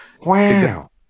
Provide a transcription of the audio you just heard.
Wow